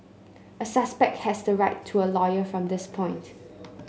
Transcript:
a suspect has the right to a lawyer from this point